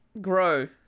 grow